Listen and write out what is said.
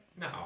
No